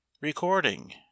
Recording